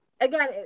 again